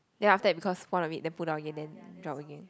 then after that because one of it then pull down again then drop again